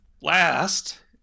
last